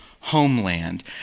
homeland